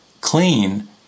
clean